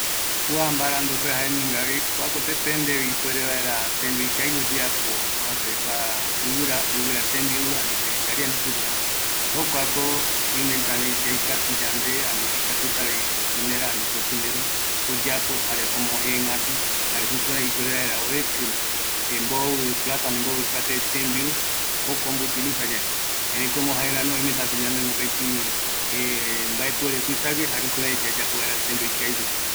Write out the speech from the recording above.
﻿Kua mbarandupe jaenungavi, kuako dependevi ipuere vaera tembiu ikavigue oyeapo a base de kua ivira ivira rtembiu ani vejetariana jei supeva, jokuako oimetavi yaikatu yande ani oikatutavi cosinera ani cosinero oyapo jare omogegätu, jare jukurai ipuere vaera oeki mbovi plato mbovi clase de tembiu jokua omboutilizayae, erei komo jaerami oimetako ñanoi mopeti mbaepuere tuisague jare jukurai yayapo vaera tembiu ikavigueva